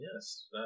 yes